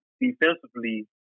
defensively